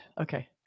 Okay